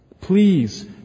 Please